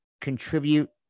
contribute